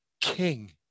king